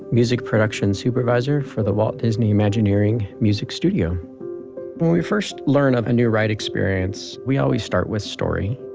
music production supervisor for the walt disney imagineering music studio when we first learn of a new ride experience, we always start with story.